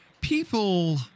People